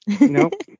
Nope